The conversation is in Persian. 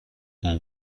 اون